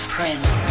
Prince